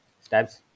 steps